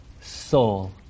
soul